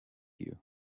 you